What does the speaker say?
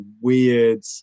weird